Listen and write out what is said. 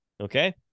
Okay